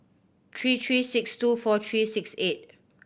three three six two four three six eight